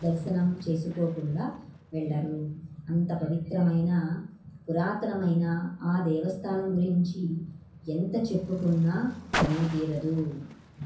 దర్శనం చేసుకోకుండా వెళ్ళరు అంత పవిత్రమైన పురాతనమైన ఆ దేవస్థానం గురించి ఎంత చెప్పుకున్నా తనివి తీరదు